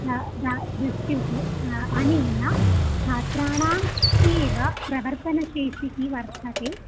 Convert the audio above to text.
दा दा दृश्यते अनेन छात्राणाम् एव प्रहर्तनशेषिः वर्धते